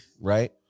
Right